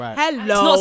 hello